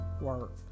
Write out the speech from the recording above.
work